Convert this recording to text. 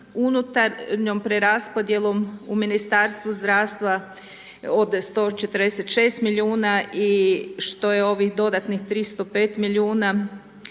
unutarnjom preraspodjelom u Ministarstvu zdravstva od 146 milijuna i što je ovih dodatnih 305 milijuna